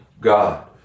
God